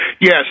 Yes